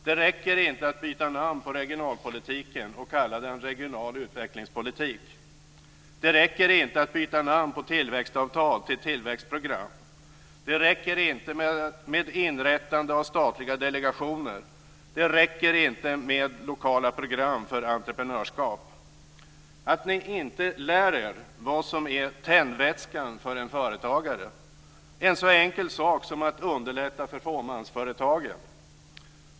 Det räcker inte att byta namn på regionalpolitiken och kalla den regional utvecklingspolitik. Det räcker inte att byta namn på tillväxtavtal till tillväxtprogram. Det räcker inte med inrättande av statliga delegationer. Det räcker inte med lokala program för entreprenörskap. Att ni inte lär er vad som är tändvätskan för en företagare: en så enkel sak som att underlätta för fåmansföretagen.